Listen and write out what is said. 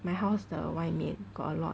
my house 的外面 got a lot